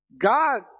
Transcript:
God